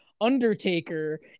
Undertaker